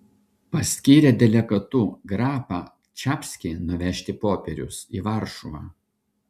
paskyrė delegatu grapą čapskį nuvežti popierius į varšuvą